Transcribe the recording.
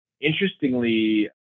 Interestingly